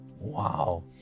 Wow